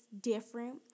different